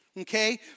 okay